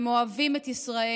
הם אוהבים את ישראל.